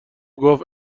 گفت